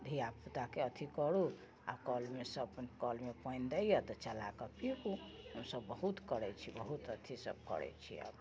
धिया पूताके अथी करू आओर कलमेसँ अपन कलमे पानि दैये तऽ चलाके पीबू हमसब बहुत करै छी बहुत अथी सब करै छी आब